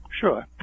sure